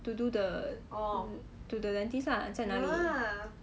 to do the to the dentist lah 在哪里